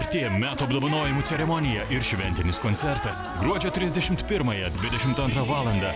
artėja metų apdovanojimų ceremonija ir šventinis koncertas gruodžio trisdešimt pirmąją dvidešimt antrą valandą